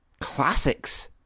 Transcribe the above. classics